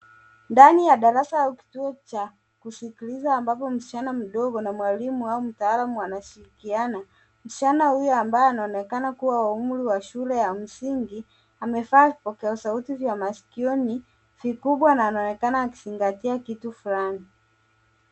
Ndani ya darasa au kituo cha kuskiliza ambapo msichana mdogo na mwalimu au mtaalamu wanashirikiana. Msichana huyu ambaye anaonekana kuwa wa umri wa shule ya msingi, amevaa vikubwa sauti vya masikioni vikubwa na anaonekana akizingatia kitu fulani.